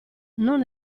non